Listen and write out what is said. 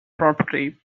property